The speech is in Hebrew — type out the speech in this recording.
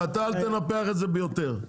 ואתה, אל תנפח את זה יותר.